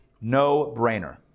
No-brainer